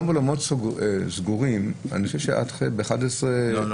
אני חושב שגם באולמות סגורים אפשר עד 23:00 --- לא,